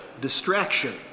distraction